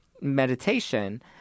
meditation